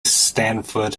sanford